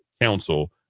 council